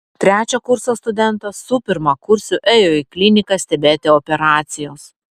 trečio kurso studentas su pirmakursiu ėjo į kliniką stebėti operacijos